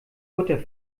butter